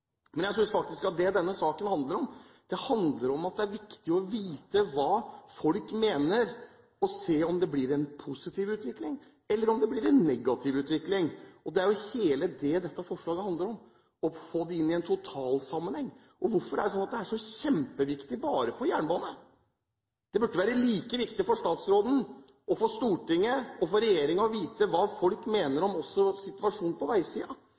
men det denne saken handler om, er at det er viktig å vite hva folk mener – for å se om det blir en positiv utvikling, eller om det blir en negativ utvikling. Det er jo det dette forslaget handler om, å få dette inn i en totalsammenheng. Hvorfor er det sånn at dette er så kjempeviktig bare når det gjelder jernbane? Det burde være like viktig for statsråden, for Stortinget og for regjeringen å vite hva folk mener om situasjonen også på